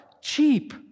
cheap